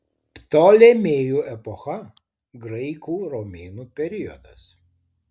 ptolemėjų epocha graikų romėnų periodas